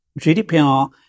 GDPR